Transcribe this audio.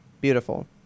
beautiful